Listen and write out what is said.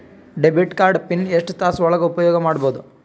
Debit card PIN ಎಷ್ಟ ತಾಸ ಒಳಗ ಉಪಯೋಗ ಮಾಡ್ಬಹುದು?